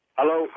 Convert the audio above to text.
Hello